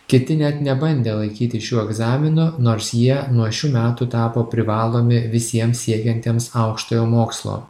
kiti net nebandė laikyti šių egzaminų nors jie nuo šių metų tapo privalomi visiems siekiantiems aukštojo mokslo